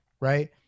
right